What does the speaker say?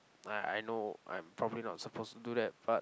I I know I'm probably not supposed to do that but